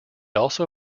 also